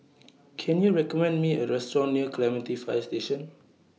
Can YOU recommend Me A Restaurant near Clementi Fire Station